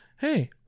Hey